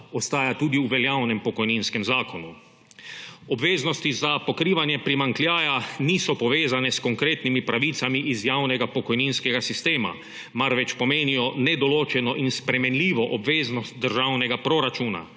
ostaja tudi v veljavnem pokojninskem zakonu. Obveznosti za pokrivanje primanjkljaja niso povezane s konkretnimi pravicami iz javnega pokojninskega sistema, marveč pomenijo nedoločeno in spremenljivo obveznost državnega proračuna.